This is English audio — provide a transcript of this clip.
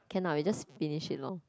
can ah we just finish it lor